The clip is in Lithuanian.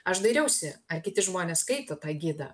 aš dairiausi ar kiti žmonės skaito tą gidą